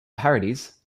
parodies